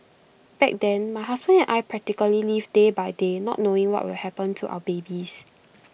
back then my husband and I practically lived day by day not knowing what will happen to our babies